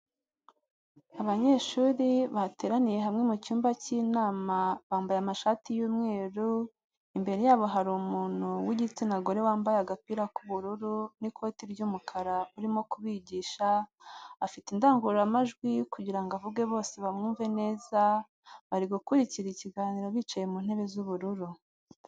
Abanyeshuri bateraniye hamwe mu cyumba cy'inama bambaye amashati y'umweru imbere yabo hari umuntu w'igitsina gore wambaye agapira k'ubururu n'ikoti ry'umukara urimo kubigisha afite indangururamajwi kugirango avuge bose bamwumve neza bari gukurikira ikiganiro bicaye mu ntebe z'ubururu.